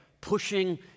pushing